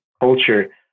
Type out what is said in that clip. culture